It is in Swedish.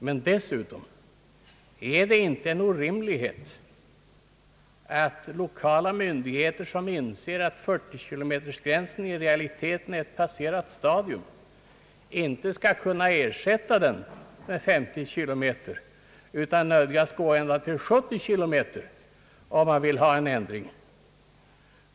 Är det inte dessutom en orimlighet att lokala myndigheter, som anser att 40-kilometersgränsen i realiteten är ett passerat stadium, inte skall kunna ersätta den med 50 kilometer utan nödgas gå ända till 70 kilometer, om de vill göra en ändring?